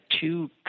two